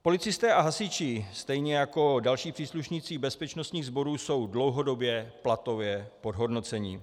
Policisté a hasiči stejně jako další příslušníci bezpečnostních sborů jsou dlouhodobě platově podhodnoceni.